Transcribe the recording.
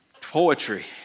Poetry